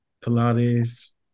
pilates